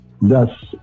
Thus